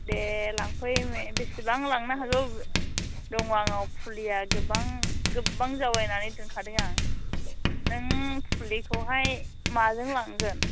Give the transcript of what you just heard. दे लांफै बिसिबां लांनो हागौ दं आंनाव फुलिया गोबां गोबबां जावयैनानै दोनखादों आं नों फुलिखौहाय माजों लांगोन